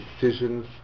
decisions